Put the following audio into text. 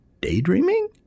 daydreaming